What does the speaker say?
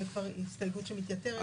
זו הסתייגות שמתייתרת.